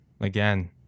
again